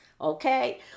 okay